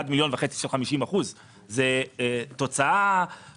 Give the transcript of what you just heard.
בעסקים עד 1.5 מיליון שקל של 50%. זה תוצאה גבוהה.